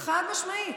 חד-משמעית.